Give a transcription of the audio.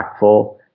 impactful